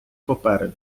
попереду